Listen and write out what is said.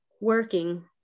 working